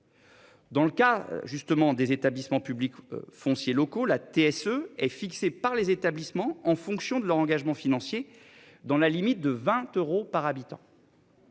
justement des établissements publics fonciers locaux la TSE est fixé par les établissements en fonction de leur engagement financier dans la limite de 20 euros par habitant.